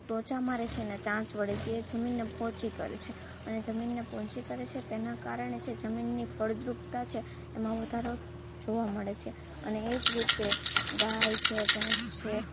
ટોચાં મારે છે ને ચાંચ વડે તે જમીનને પોચી કરે છે આ જમીનને પોચી કરે છે તેના કારણે છે જમીનની ફળદ્રુપતા છે એમાં વધારો જોવા મળે છે અને એ જ રીતે ગાય છે ભેંસ છે